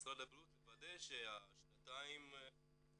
וממשרד הבריאות לוודא שהשנתיים ויותר,